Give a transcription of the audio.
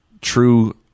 true